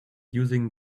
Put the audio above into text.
using